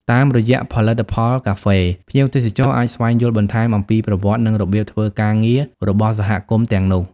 តាមរយៈផលិតផលកាហ្វេ ភ្ញៀវទេសចរអាចស្វែងយល់បន្ថែមអំពីប្រវត្តិ និងរបៀបធ្វើការងាររបស់សហគមន៍ទាំងនោះ។